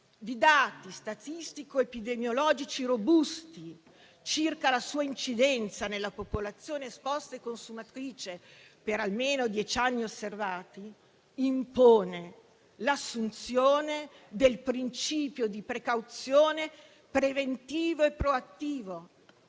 di dati statistico-epidemiologici robusti circa la sua incidenza nella popolazione esposta e consumatrice per almeno dieci anni osservati, impone l'assunzione del principio di precauzione preventivo e proattivo,